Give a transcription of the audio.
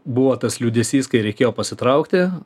buvo tas liūdesys kai reikėjo pasitraukti